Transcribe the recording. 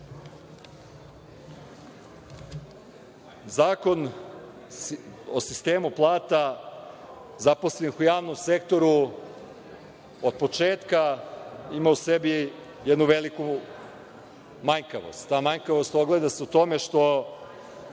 Zakon o sistemu plata zaposlenih u javnom sektoru od početka ima u sebi jednu veliku manjkavost. Ta manjkavost ogleda se u tome što